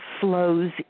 flows